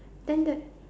then the